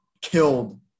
killed